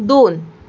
दोन